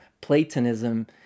Platonism